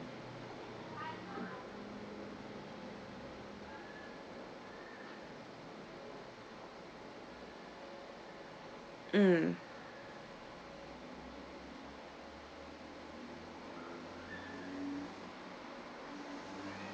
mm